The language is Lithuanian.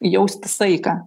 jaust saiką